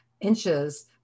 inches